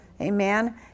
Amen